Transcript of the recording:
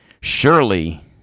surely